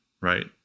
right